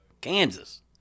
Kansas